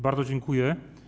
Bardzo dziękuję.